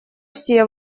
все